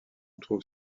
trouve